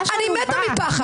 אני מתה מפחד.